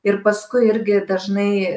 ir paskui irgi dažnai